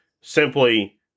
simply